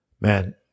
man